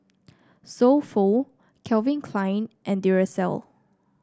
So Pho Calvin Klein and Duracell